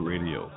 Radio